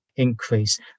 increase